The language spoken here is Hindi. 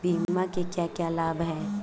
बीमा के क्या क्या लाभ हैं?